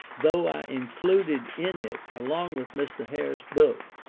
though i included in it, along with mr. hare's book,